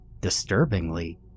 disturbingly